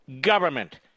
government